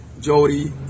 Jody